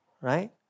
Right